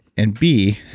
and b,